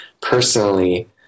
personally